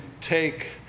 take